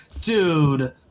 dude